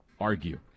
argue